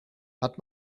hat